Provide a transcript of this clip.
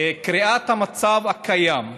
וקריאת המצב הקיים,